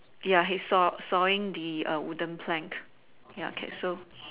ya he's saw~ sawing the err wooden plank ya okay so